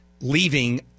leaving